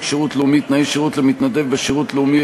שירות לאומי (תנאי שירות למתנדב בשירות לאומי),